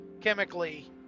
chemically